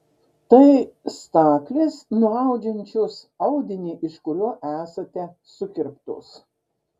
tai staklės nuaudžiančios audinį iš kurio esate sukirptos